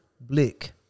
blick